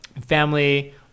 family